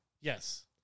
Yes